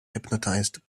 hypnotized